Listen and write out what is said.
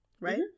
right